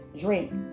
Drink